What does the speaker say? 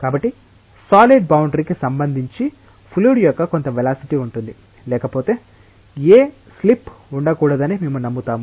కాబట్టి solid boundary కి సంబంధించి ఫ్లూయిడ్ యొక్క కొంత వెలాసిటి ఉంటుంది లేకపోతే ఏ స్లిప్ ఉండకూడదని మేము నమ్ముతాము